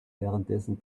währenddessen